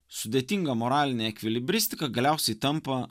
sudėtinga moralinė ekvilibristika galiausiai tampa